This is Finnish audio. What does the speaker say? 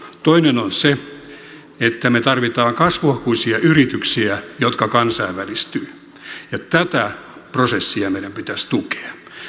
toinen on se että me tarvitsemme kasvuhakuisia yrityksiä jotka kansainvälistyvät ja tätä prosessia meidän pitäisi tukea